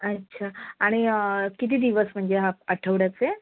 अच्छा आणि किती दिवस म्हणजे ह आठवड्याचे